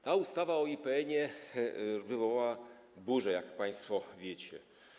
Ta ustawa o IPN-ie wywołała burzę, jak państwo wiecie.